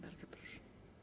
Bardzo proszę.